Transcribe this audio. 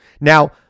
Now